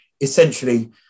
essentially